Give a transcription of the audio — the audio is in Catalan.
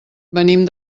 venim